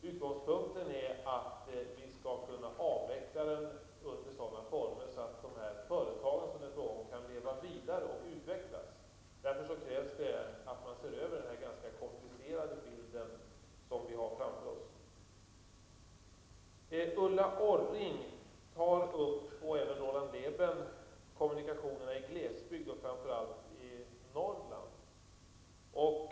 Utgångspunkten är att vi skall kunna avveckla den under sådana former att de företag som det är fråga om kan leva vidare och utvecklas. Därför krävs det att man ser över den ganska komplicerade bild som vi har framför oss. Ulla Orring och även Roland Lében tar upp frågor om kommunikationerna i glesbygd, framför allt i Norrland.